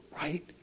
right